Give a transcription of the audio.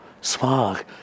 smog